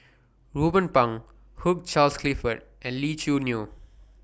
Ruben Pang Hugh Charles Clifford and Lee Choo Neo